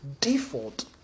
default